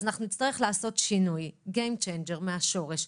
אנחנו נצטרך לעשות שינוי: גיים צ'יינג'ר, מהשורש.